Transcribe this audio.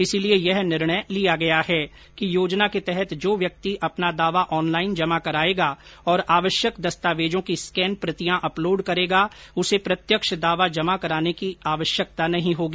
इसलिए यह निर्णय लिया गया है कि योजना के तहत जो व्यक्ति अपना दावा ऑनलाइन जमा कराएगा और आवश्यक दस्तावेजों की स्कैन प्रतियां अपलोड करेगा उसे प्रत्यक्ष दावा जमा कराने की जरूरत नहीं होगी